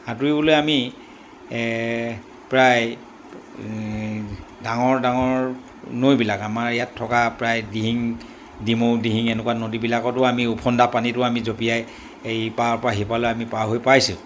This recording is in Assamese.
সাঁতুৰিবলৈ আমি প্ৰায় ডাঙৰ ডাঙৰ নৈবিলাক আমাৰ ইয়াত থকা প্ৰায় দিহিং ডিমৌ দিহিং এনেকুৱা নদীবিলাকতো আমি উফন্দা পানীতো আমি জপিয়াই এই ইপাৰৰ পৰা সিপাৰলৈ আমি পাৰ হৈ পাইছোঁ